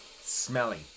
Smelly